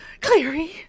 Clary